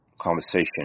conversation